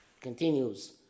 continues